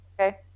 Okay